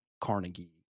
Carnegie